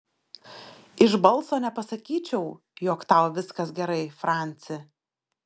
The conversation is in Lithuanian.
iš balso nepasakyčiau jog tau viskas gerai franci